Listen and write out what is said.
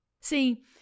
See